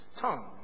tongue